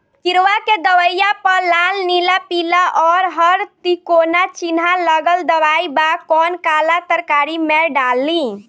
किड़वा के दवाईया प लाल नीला पीला और हर तिकोना चिनहा लगल दवाई बा कौन काला तरकारी मैं डाली?